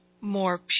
more